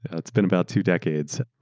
it's been about two decades.